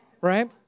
right